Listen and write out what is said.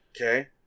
Okay